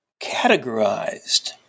categorized